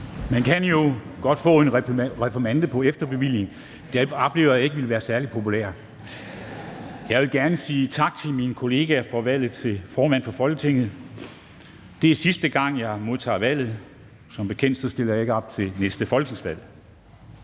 Man kan jo godt få en reprimande på efterbevilling – men det oplever jeg ikke ville være særlig populært. Jeg vil gerne sige tak til mine kollegaer for valget til formand for Folketinget. Det er sidste gang, jeg modtager valget; som bekendt stiller jeg ikke op til næste folketingsvalg.